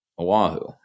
Oahu